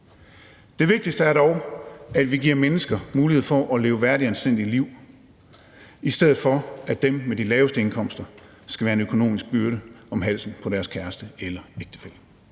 Det vigtigste er dog, at vi giver mennesker mulighed for at leve værdige og anstændige liv, i stedet for at dem med de laveste indkomster skal være en økonomisk byrde om halsen på deres kæreste eller ægtefælle.